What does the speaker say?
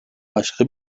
başka